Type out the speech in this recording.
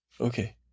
okay